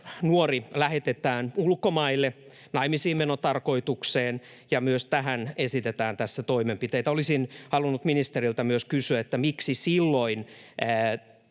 nuori lähetetään ulkomaille naimisiinmenotarkoitukseen, ja myös tähän esitetään tässä toimenpiteitä. Olisin halunnut ministeriltä kysyä myös: miksi silloin